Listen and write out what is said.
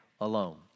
alone